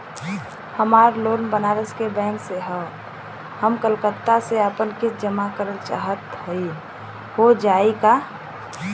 हमार लोन बनारस के बैंक से ह हम कलकत्ता से आपन किस्त जमा कइल चाहत हई हो जाई का?